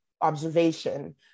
observation